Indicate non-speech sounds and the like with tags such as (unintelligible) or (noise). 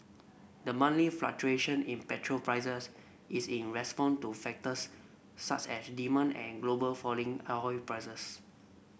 the monthly fluctuation in petrol prices is in response to factors such as demand and global falling (unintelligible) prices